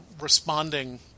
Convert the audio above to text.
responding